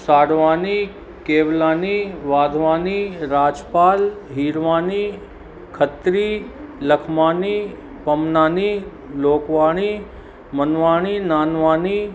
Sadhwani Kewalani Wadhwani Rajpal Hirwani Khatri Lakhmani Pamnani Lokwani Manwani Nanwani